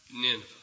Nineveh